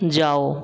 जाओ